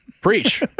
Preach